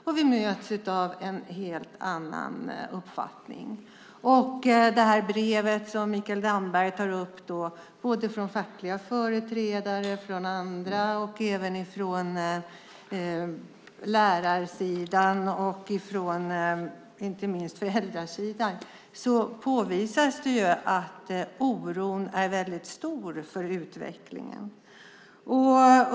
Vi har mötts av en helt annan uppfattning. Brevet som Mikael Damberg tar upp från fackliga företrädare, från lärarsidan och inte minst från föräldrasidan påvisar att oron för utvecklingen är stor.